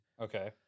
Okay